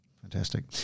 Fantastic